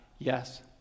Yes